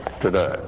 today